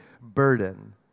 burden